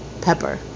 pepper